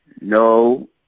No